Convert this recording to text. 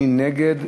מי נגד?